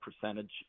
percentage